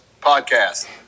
podcast